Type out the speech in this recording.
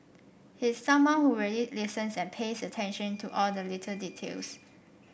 he's someone who really listens and pays attention to all the little details